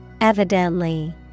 Evidently